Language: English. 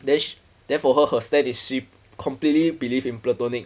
then she then for her her stand is completely believe in platonic